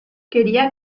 quería